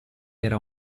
era